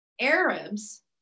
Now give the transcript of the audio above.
Arabs